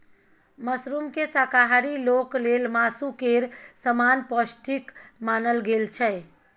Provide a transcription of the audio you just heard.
मशरूमकेँ शाकाहारी लोक लेल मासु केर समान पौष्टिक मानल गेल छै